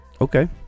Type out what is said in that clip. Okay